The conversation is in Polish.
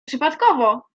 przypadkowo